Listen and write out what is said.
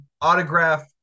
autograph